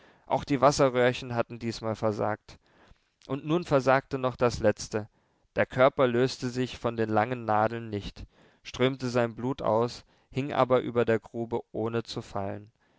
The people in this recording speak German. auch die wasserröhrchen hatten diesmal versagt und nun versagte noch das letzte der körper löste sich von den langen nadeln nicht strömte sein blut aus hing aber über der grube ohne zu fallen